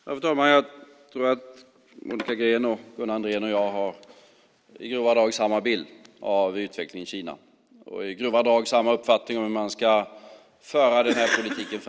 Fru talman! Monica Green, Gunnar Andrén och jag har i grova drag samma bild av utvecklingen i Kina. Vi har i grova drag samma uppfattning om hur man ska föra denna politik framåt.